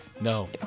no